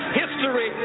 history